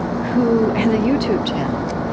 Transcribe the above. who has a youtube channel,